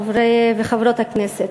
חברי וחברות הכנסת,